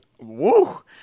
Woo